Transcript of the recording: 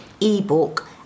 ebook